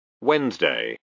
Wednesday